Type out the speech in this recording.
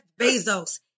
Bezos